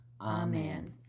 Amen